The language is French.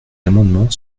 amendements